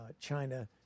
China